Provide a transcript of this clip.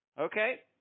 Okay